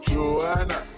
Joanna